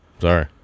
sorry